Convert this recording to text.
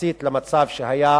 יחסית למצב שהיה